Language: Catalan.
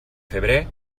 febrer